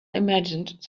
imagined